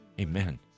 Amen